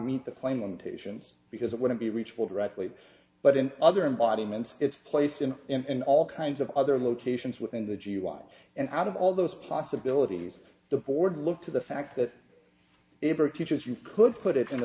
meet the plain limitations because it wouldn't be reachable directly but in other embodiments it's placed him in all kinds of other locations within the g y and out of all those possibilities the board look to the fact that every teaches you could put it in a